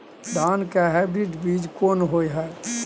धान के हाइब्रिड बीज कोन होय है?